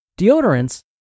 Deodorants